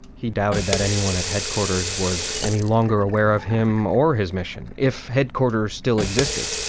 he doubted that anyone at headquarters was any longer aware of him or his mission if headquarters still existed,